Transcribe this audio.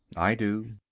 i do.